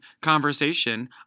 conversation